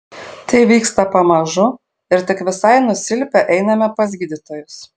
tai vyksta pamažu ir tik visai nusilpę einame pas gydytojus